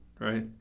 Right